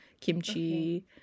kimchi